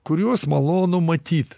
kuriuos malonu matyt